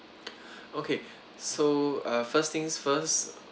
okay so uh first things first